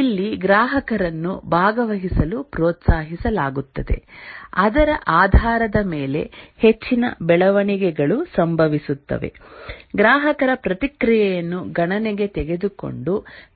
ಇಲ್ಲಿ ಗ್ರಾಹಕರನ್ನು ಭಾಗವಹಿಸಲು ಪ್ರೋತ್ಸಾಹಿಸಲಾಗುತ್ತದೆ ಅದರ ಆಧಾರದ ಮೇಲೆ ಹೆಚ್ಚಿನ ಬೆಳವಣಿಗೆಗಳು ಸಂಭವಿಸುತ್ತವೆ ಗ್ರಾಹಕರ ಪ್ರತಿಕ್ರಿಯೆಯನ್ನು ಗಣನೆಗೆ ತೆಗೆದು ಕೊಂಡು